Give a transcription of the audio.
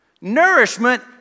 nourishment